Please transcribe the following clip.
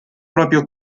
proprio